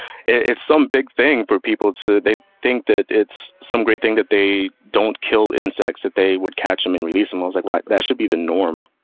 it's some big thing for people to, they think that it's some great thing that they don't kill insects that they would catch them and release and them. like like that should be the norm.